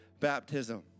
baptism